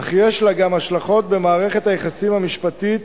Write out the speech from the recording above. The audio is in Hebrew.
אך יש לה גם השלכות במערכת היחסים המשפטית